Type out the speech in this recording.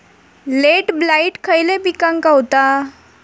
Late blight खयले पिकांका होता?